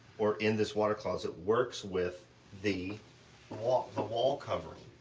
or in this water closet works with the wall, the wall covering.